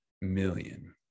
million